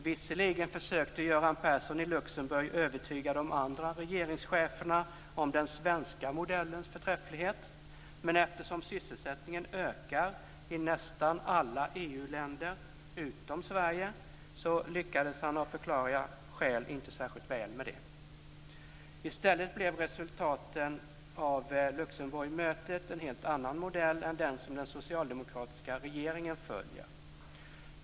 Visserligen försökte Göran Persson i Luxemburg övertyga de andra regeringscheferna om den svenska modellens förträfflighet, men eftersom sysselsättningen ökar i nästan alla EU-länder utom Sverige så lyckades han av förklarliga skäl inte särskilt väl med det. I stället blev resultatet av Luxemburgmötet en helt annan modell än den som den socialdemokratiska regeringen följer.